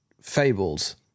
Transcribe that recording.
fables—